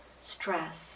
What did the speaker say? stress